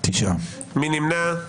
מי נמנע?